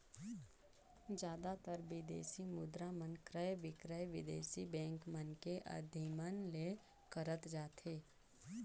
जादातर बिदेसी मुद्रा मन क्रय बिक्रय बिदेसी बेंक मन के अधिमन ले करत जाथे